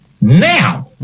now